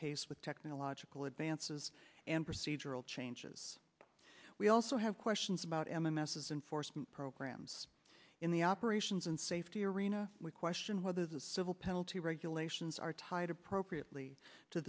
pace with technological advances and procedural changes we also have questions about m m s is in force programs in the operations and safety arena we question whether the civil penalty regulations are tied appropriately to